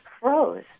froze